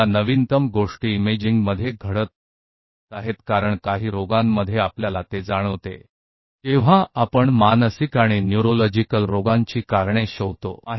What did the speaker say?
क्या जो नवीनतम चीजें इमेजिंग में हो रही हैं क्योंकि कुछ बीमारियों में हमें एहसास होता है कि जब हम ऐसे कारणों की तलाश में होते हैं तो हम सबसे मानसिक और न्यूरोलॉजिकल बीमारियों के कारणों को नहीं जानते हैं